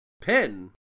Pen